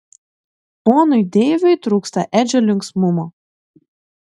ponui deiviui trūksta edžio linksmumo